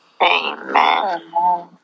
Amen